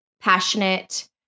passionate